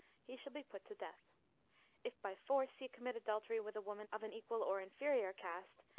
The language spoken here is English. he shall be put to death if by force he commit adultery with a woman of an equal or inferior cast,